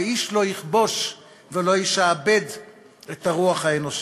ואיש לא יכבוש ולא ישעבד את הרוח האנושי.